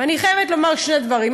אני חייבת לומר שני דברים,